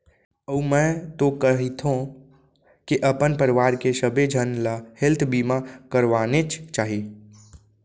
अउ मैं तो कहिथँव के अपन परवार के सबे झन ल हेल्थ बीमा करवानेच चाही